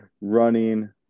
running